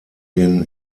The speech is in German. den